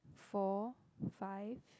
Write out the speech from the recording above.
four five